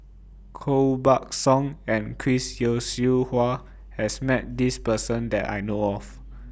Koh Buck Song and Chris Yeo Siew Hua has Met This Person that I know of